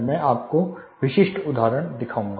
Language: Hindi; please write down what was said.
मैं आपको विशिष्ट उदाहरण दिखाऊंगा